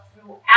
throughout